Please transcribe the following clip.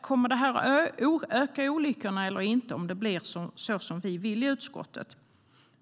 Kommer det att öka olyckorna eller inte om det blir som vi i utskottet vill?